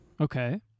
Okay